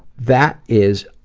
that is